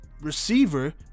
receiver